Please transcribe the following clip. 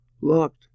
locked